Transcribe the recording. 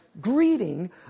greeting